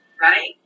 right